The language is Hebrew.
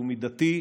שהוא מידתי,